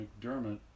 McDermott